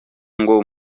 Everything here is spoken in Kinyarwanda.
ngo